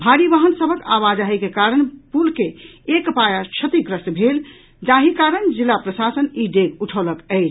भारी वाहन सभक आवाजाहीक कारण पुल के एक पाया क्षतिग्रस्त भऽ गेल जाहि कारण जिला प्रशासन ई डेग उठौलक अछि